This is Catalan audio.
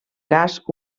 cas